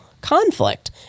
conflict